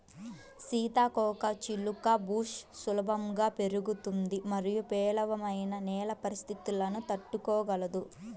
సీతాకోకచిలుక బుష్ సులభంగా పెరుగుతుంది మరియు పేలవమైన నేల పరిస్థితులను తట్టుకోగలదు